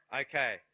Okay